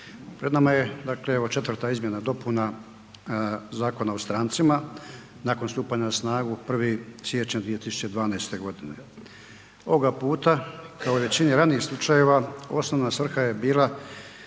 Pred nama je evo četvrta izmjena i dopuna Zakona o strancima nakon stupanja na snagu 1. siječnja 2012. godine. Ovoga puta kao i u većini ranijih slučajeva osnovna svrha je bila